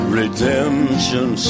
redemption